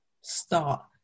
start